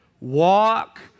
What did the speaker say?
walk